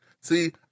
See